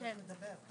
14:35.